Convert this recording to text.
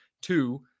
two